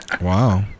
Wow